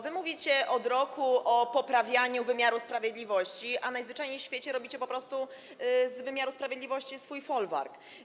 Wy mówicie od roku o poprawianiu wymiaru sprawiedliwości, a najzwyczajniej w świecie robicie po prostu z wymiaru sprawiedliwości swój folwark.